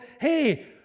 hey